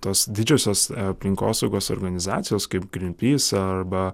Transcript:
tos didžiosios aplinkosaugos organizacijos kaip grinpys arba